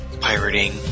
pirating